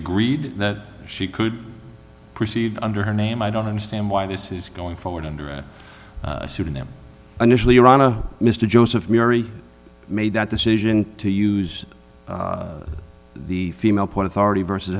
agreed that she could proceed under her name i don't understand why this is going forward under a pseudonym initially urana mr joseph mary made that decision to use the female port authority versus